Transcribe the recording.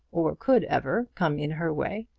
or could ever, come in her way.